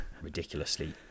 ridiculously